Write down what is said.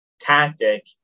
tactic